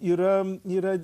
yra yra